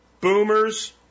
Boomers